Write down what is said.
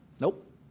Nope